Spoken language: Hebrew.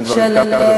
אם כבר הזכרת,